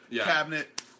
cabinet